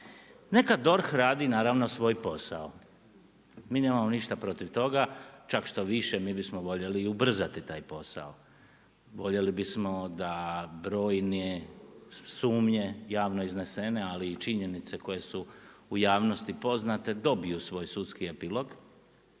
Neka DORH radi naravno svoj posao. Mi nemamo ništa protiv toga, čak što više mi bismo voljeli i ubrzati taj posao. Voljeli bismo da brojne sumnje javno iznesene ali i činjenice koje su u javnosti poznate, dobiju svoj sudski epilog,